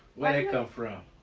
where that come from?